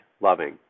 loving